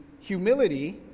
Humility